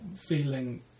feeling